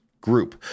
group